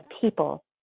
people